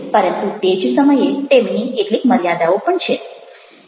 પરંતુ તે જ સમયે તેમની કેટલીક મર્યાદાઓ પણ છે